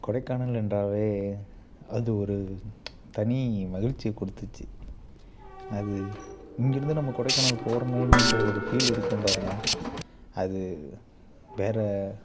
கொடைக்கானல் என்றாவே அது ஒரு தனி மகிழ்ச்சியை குடுத்துச்சு அது இங்கேருந்து நம்ம கொடைக்கானல் போகறமே என்ற ஒரு ஃபீல் இருக்கும் பாருங்கள் அது வேறு